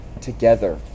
together